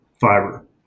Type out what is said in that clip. fiber